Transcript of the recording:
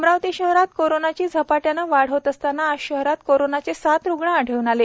अमरावती शहरात कोरॉनाची झपाट्याने वाढ होत असताना आज शहरात कोरोनाचे सात रुग्ण आढळून आले